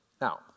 now